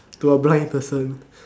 to a blind person